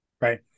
Right